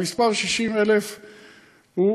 המספר 60,000 הוא,